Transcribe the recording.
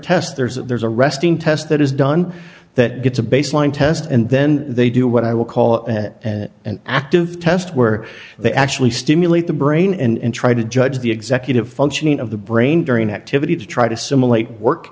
tests there is that there's a resting test that is done that gets a baseline test and then they do what i would call an active test where they actually stimulate the brain and try to judge the executive functioning of the brain during activity to try to simulate work